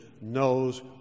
knows